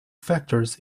factors